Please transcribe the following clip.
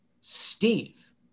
Steve